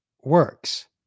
works